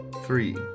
three